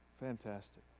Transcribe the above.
Fantastic